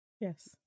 Yes